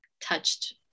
touched